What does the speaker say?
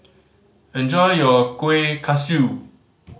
enjoy your Kueh Kaswi